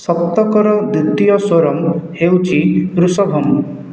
ସପ୍ତକର ଦ୍ୱିତୀୟ ସ୍ୱରମ୍ ହେଉଛି ଋଷଭମ୍